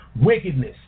wickedness